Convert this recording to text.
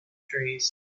trees